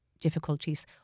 difficulties